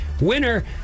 Winner